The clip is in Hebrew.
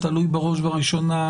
בראש ובראשונה,